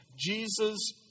Jesus